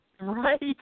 Right